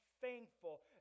thankful